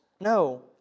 no